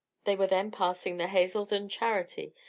they were then passing the hazledon charity.